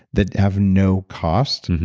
that have no cost.